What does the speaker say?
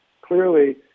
clearly